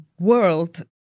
world